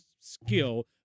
skill